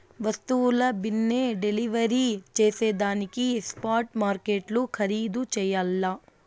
వస్తువుల బిన్నే డెలివరీ జేసేదానికి స్పాట్ మార్కెట్లు ఖరీధు చెయ్యల్ల